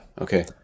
Okay